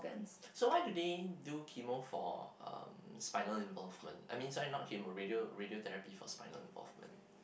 so why do they do chemo for um spinal involvement I mean sorry not chemo I mean radio radiotherapy for spinal involvement